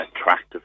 attractive